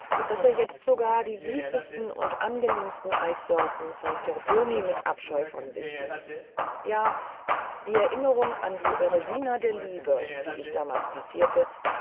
daß er jetzt sogar die süßesten und angenehmsten eissorten von tortoni mit abscheu von sich wies ja die erinnerung an die beresina der liebe die ich damals passierte